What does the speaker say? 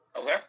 Okay